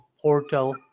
portal